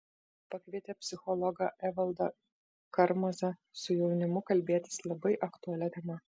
pakvietė psichologą evaldą karmazą su jaunimu kalbėtis labai aktualia tema